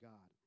God